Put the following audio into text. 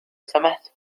سمحت